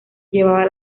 llevaba